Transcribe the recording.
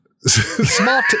Small